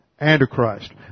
Antichrist